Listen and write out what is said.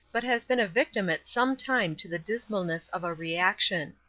but has been a victim at some time to the dismalness of a reaction.